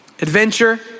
Adventure